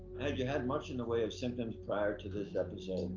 had you had much in the way of symptoms prior to this episode?